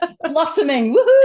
blossoming